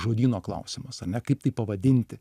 žodyno klausimas ar ne kaip tai pavadinti